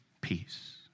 peace